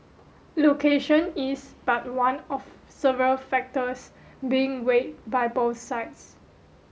location is but one of several factors being weigh by both sides